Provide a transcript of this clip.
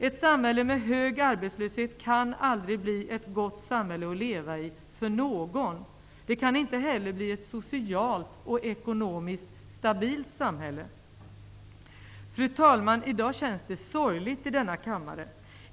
Ett samhälle med hög arbetslöshet kan aldrig bli ett gott samhälle att leva i -- inte för någon. Det kan inte heller bli ett socialt och ekonomiskt stabilt samhälle. Fru talman! I dag känns det sorgligt i denna kammare.